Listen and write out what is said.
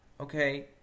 Okay